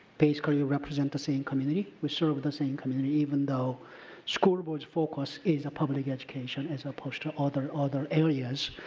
basically represent the same community. we serve the same community even though school board's focus is public education as opposed to other other areas,